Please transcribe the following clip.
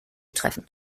treffen